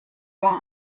war